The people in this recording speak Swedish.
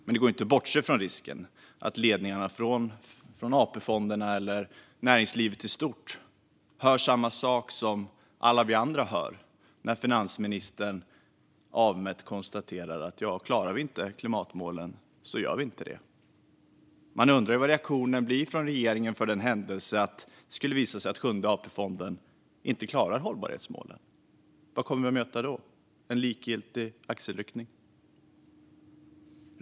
Det går inte att bortse från att ledningarna i AP-fonderna eller näringslivet i stort hör samma sak som alla vi andra hör när finansministern avmätt konstaterar att om vi inte klarar klimatmålen så gör vi inte det. Man undrar vad regeringens reaktion blir för den händelse att Sjunde AP-fonden inte klarar hållbarhetsmålen. Vad kommer vi att möta då? En likgiltig axelryckning? Herr talman!